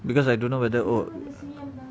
because I don't know whether oh